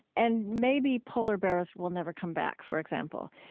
and maybe polar bears will never come back, for example.